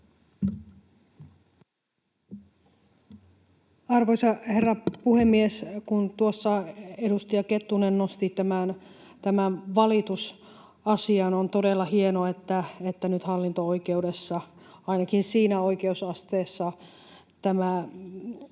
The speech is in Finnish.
Arvoisa herra puhemies! Kun tuossa edustaja Kettunen nosti tämän valitusasian, niin on todella hienoa, että nyt hallinto-oikeudessa, ainakin siinä oikeusasteessa, tämä